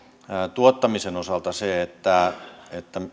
tuottamisen osalta se että